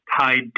tied